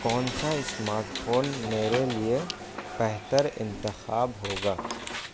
کون سا smartphone میرے لیے بہتر انتخاب ہوگا